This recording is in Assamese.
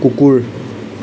কুকুৰ